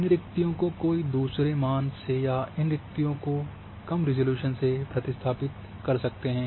इन रिक्कतियों को कोई दूसरे मान से या इन रिक्कतियों का मान रिज़ॉल्यूशन से प्रतिस्थापित कर सकते हैं